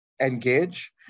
engage